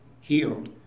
healed